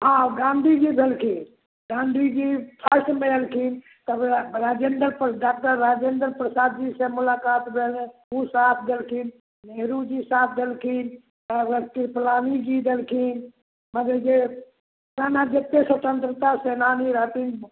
हँ गाँधी जी भेलखिन गाँधी जी फर्स्टमे एलखिन तब राजेन्दर प्रसाद डॉक्टर राजेन्दर प्रसाद जीसँ मुलाकात भेलै ओ साथ देलखिन नेहरू जी साथ देलखिन तब कृपलानी जी देलखिन मतलब सेना जे जतेक स्वतंत्रता सेनानी रहथिन मतलब